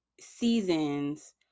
seasons